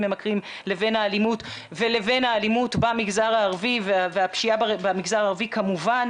ממכרים לבין האלימות ולבין האלימות והפשיעה במגזר הערבי כמובן,